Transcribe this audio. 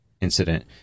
incident